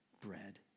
bread